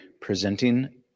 presenting